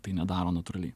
tai nedaro natūraliai